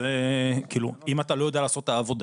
אם אתה לא יודע לעשות את העבודה,